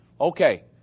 Okay